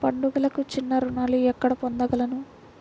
పండుగలకు చిన్న రుణాలు ఎక్కడ పొందగలను?